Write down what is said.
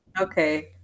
Okay